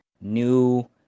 new